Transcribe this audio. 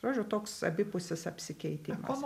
žodžiu toks abipusis apsikeitimas